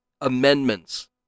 amendments